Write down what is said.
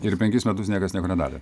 ir penkis metus niekas nieko nedarė